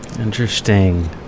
Interesting